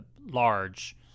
Large